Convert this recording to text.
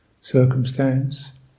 circumstance